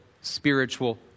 spiritual